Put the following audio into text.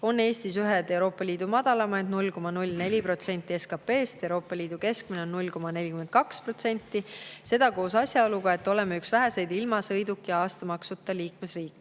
on Eestis ühed Euroopa Liidu madalaimad: 0,04% SKP-st, Euroopa Liidu keskmine on 0,42%. Seejuures oleme üks väheseid ilma sõiduki aastamaksuta liikmesriike.